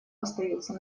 остаются